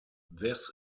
this